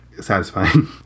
satisfying